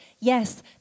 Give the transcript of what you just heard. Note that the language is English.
yes